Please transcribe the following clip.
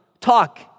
talk